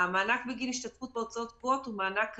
המענק בגין השתתפות בהוצאות קבועות הוא מענק קצוב.